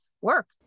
work